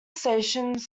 stations